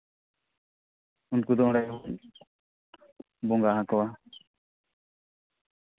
ᱩᱱᱠᱩ ᱫᱚ ᱚᱸᱰᱮ ᱜᱮᱵᱚ ᱵᱚᱸᱜᱟ ᱦᱟᱠᱚᱣᱟ